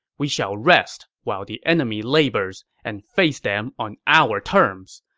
we shall rest while the enemy labors and face them on our terms.